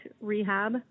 rehab